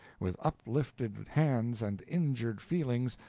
with uplifted hands and injured feelings,